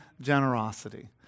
generosity